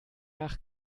nach